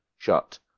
Shut